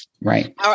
Right